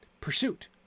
pursuit